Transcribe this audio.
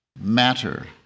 Matter